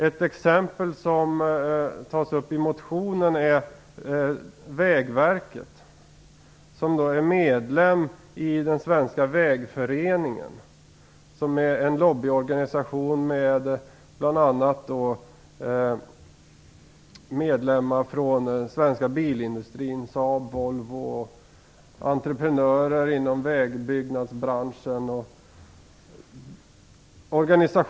Ett exempel som tas upp i motionen är Vägverket, som är medlem i Svenska vägföreningen, en lobbyorganisation med medlemmar från den svenska bilindustrin, som Saab och Volvo, entreprenörer inom vägbyggnadsbranschen osv.